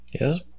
Yes